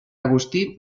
agustí